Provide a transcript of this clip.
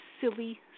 silly